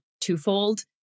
twofold